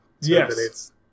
Yes